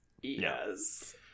Yes